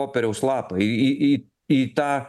popieriaus lapą į į į į tą